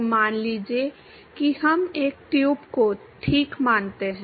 तो मान लीजिए कि हम एक ट्यूब को ठीक मानते हैं